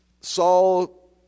Saul